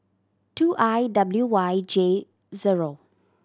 two I W Y J zero